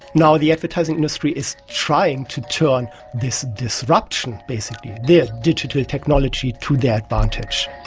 now the advertising industry is trying to turn this disruption, basically their digital technology, to their advantage.